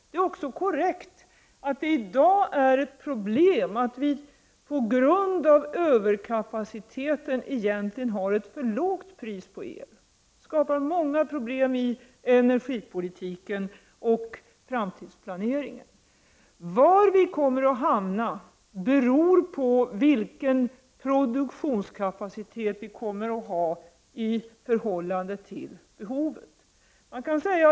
Det är också korrekt att det är ett problem att vi i dag egentligen har ett för lågt pris på el på grund av överkapaciteten. Detta skapar många problem inom energipolitiken och för framtidsplaneringen. Var vi kommer att hamna beror på vilken produktionskapacitet vi kommer att få i förhållande till behovet.